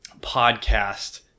podcast